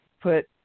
put